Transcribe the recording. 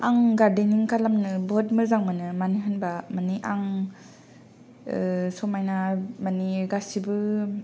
आं गारदेनिं खालामनो बहुद मोजां मोनो मानो होनबा मानि आं समायना मानि गासिबो